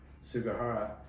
Sugihara